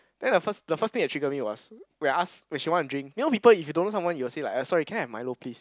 then the first the first thing that triggered me was when I ask when she want to drink you know people if don't know someone you will ask sorry can I have milo please